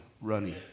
running